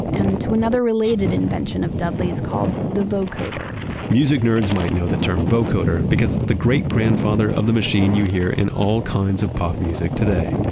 and to another related invention of dudley's called the vocoder music nerds might know the term vocoder because it's the great grandfather of the machine, you hear in all kinds of pop music today